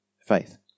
faith